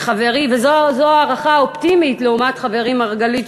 וזו הערכה אופטימית לעומת ההערכה של חבר הכנסת מרגלית,